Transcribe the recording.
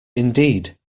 indeed